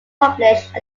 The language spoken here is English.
published